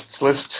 list